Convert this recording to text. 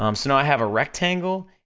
um so now i have a rectangle,